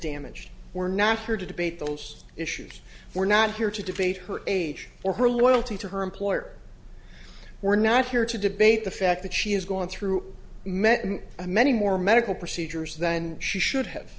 damaged we're not here to debate those issues we're not here to debate her age or her loyalty to her employer we're not here to debate the fact that she has gone through many a many more medical procedures then she should have